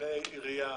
מבני עירייה,